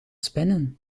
spinnen